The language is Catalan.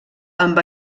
amb